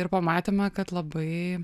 ir pamatėme kad labai